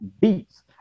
beats